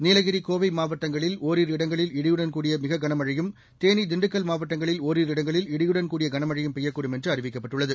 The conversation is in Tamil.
நீலகிரி கோவை மாவட்டங்களில் ஓரிரு இடங்களில் இடியுடன் கூடிய மிக கனமழையும் தேனி திண்டுக்கல் மாவட்டங்களில் ஓரிரு இடங்களில் இடியுடன் கூடிய கனமழையும் பெய்யக்கூடும் என்று அறிவிக்கப்பட்டுள்ளது